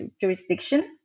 jurisdiction